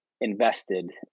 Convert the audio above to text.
invested